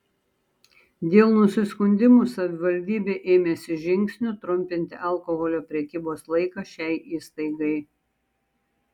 dėl nusiskundimų savivaldybė ėmėsi žingsnių trumpinti alkoholio prekybos laiką šiai įstaigai